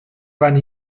van